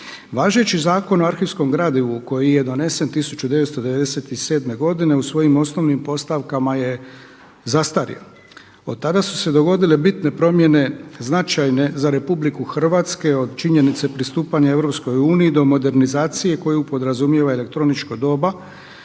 Važeći zakon o arhivskom gradivu koji je donesen 1997. godine u svojim osnovnim postavkama je zastario. Od tada su se dogodile bitne promjene, značajne za RH od činjenice pristupanja EU do modernizacije koju podrazumijeva elektroničko doba